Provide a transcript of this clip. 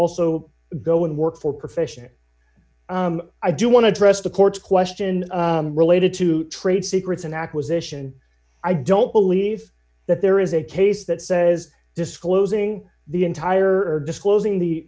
also go and work for profession i do want to trust the court's question related to trade secrets and acquisition i don't believe that there is a case that says disclosing the entire disclosing